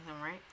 right